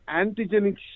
antigenic